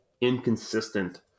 inconsistent